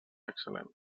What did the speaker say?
excel·lent